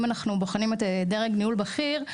אם אנחנו בוחנים את דרג ניהול בכיר,